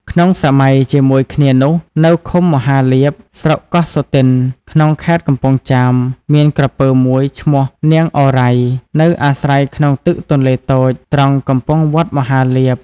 ក្នុងសម័យជាមួយគ្នានោះ នៅឃុំមហាលាភ ស្រុកកោះសុទិន ក្នុងខេត្តកំពង់ចាម មានក្រពើមួយឈ្មោះ " នាងឱរ៉ៃ " នៅអាស្រ័យក្នុងទឹកទន្លេតូច ត្រង់កំពង់វត្តមហាលាភ។